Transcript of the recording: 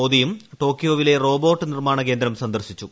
മോദിയും ടോക്യോവിലെ റോബോട്ട് നിർമാണ കേന്ദ്രം സന്ദർശിച്ചു